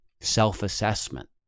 self-assessment